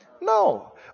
No